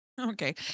okay